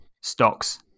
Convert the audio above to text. stocks